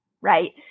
right